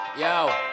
Yo